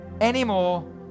anymore